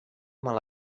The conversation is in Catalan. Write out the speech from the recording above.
mal